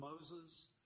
Moses